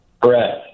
Correct